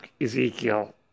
Ezekiel